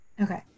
Okay